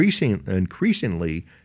increasingly